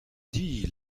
dis